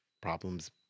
Problems